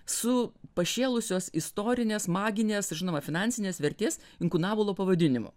su pašėlusios istorinės maginės žinoma finansinės vertės inkunabulo pavadinimu